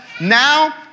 now